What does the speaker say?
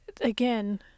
again